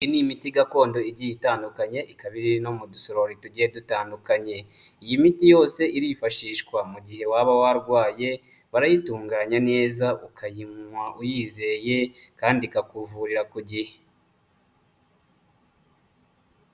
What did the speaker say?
Iyi n'imiti gakondo igiye itandukanye ikaba iri no mu dusorori tugiye dutandukanye, iyi miti yose irifashishwa mu gihe waba warwaye, barayitunganya neza ukayinywa uyizeye kandi ikakuvurira ku gihe.